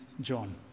John